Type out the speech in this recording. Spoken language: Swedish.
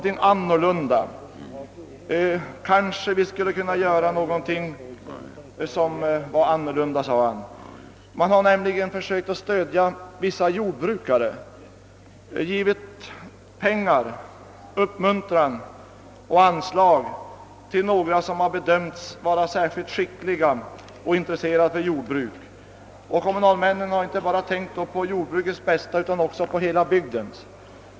I ifrågavarande kommun har man försökt stödja vissa jordbrukare. Man har givit anslag och uppmuntran till några som bedömts vara särskilt skickliga och intresserade för jordbruk. Kommunalmännen har då inte bara tänkt på jordbrukets bästa utan på hela bygden.